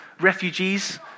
refugees